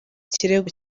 kirego